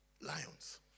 lions